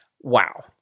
Wow